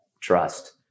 trust